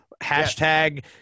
hashtag